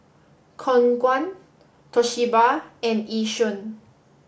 Khong Guan Toshiba and Yishion